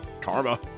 Karma